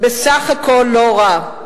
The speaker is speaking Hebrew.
בסך הכול לא רע.